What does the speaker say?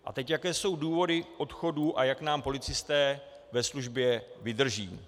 A teď jaké jsou důvody odchodů a jak nám policisté ve službě vydrží.